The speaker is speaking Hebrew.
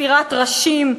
ספירת ראשים,